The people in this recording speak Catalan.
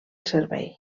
servei